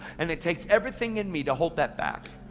and it takes everything in me to hold that back.